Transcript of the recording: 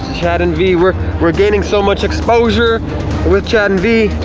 chad and v were we're gaining so much exposure with chad and v.